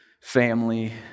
family